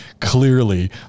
clearly